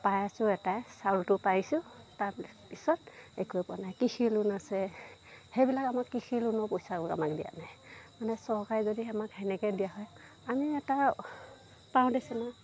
পাই আছোঁ এটাই চাউলটো পাইছোঁ তাৰপিছত একোৱে পোৱা নাই কৃষি লোন আছে সেইবিলাক আমাক কৃষি লোনৰ পইচাও আমাক দিয়া নাই মানে চৰকাৰে যদি আমাক সেনেকে দিয়া হয় আমিও এটা পাওঁ দেচোন আৰু